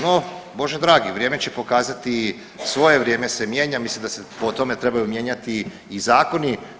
No bože dragi vrijeme će pokazati svoje, vrijeme se mijenja mislim da se po tome trebaju mijenjati zakoni.